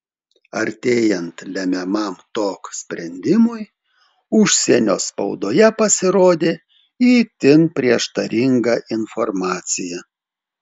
artėjant lemiamam tok sprendimui užsienio spaudoje pasirodė itin prieštaringa informacija